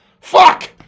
Fuck